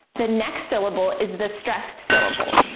the next syllable is the stressed syllable.